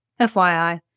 FYI